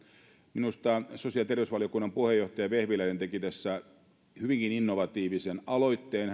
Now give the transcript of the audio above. minusta sosiaali ja terveysvaliokunnan puheenjohtaja vehviläinen teki tässä hyvinkin innovatiivisen aloitteen